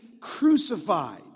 crucified